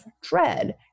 dread